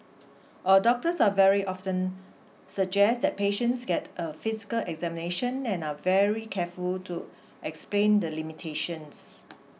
our doctors are very often suggest that patients get a physical examination and are very careful to explain the limitations